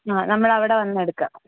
ആ നമ്മൾ അവിടെ വന്നെടുക്കാം